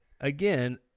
again